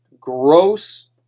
gross